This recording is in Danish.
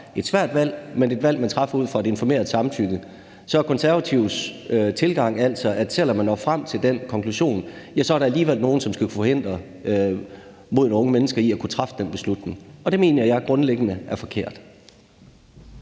et valg, men et valg, de træffer ud fra et informeret samtykke, så er Konservatives tilgang altså, at selv om de når frem til den konklusion, så er der alligevel nogle, der skal kunne forhindre dem i at kunne træffe den beslutning. Det mener jeg grundlæggende er forkert.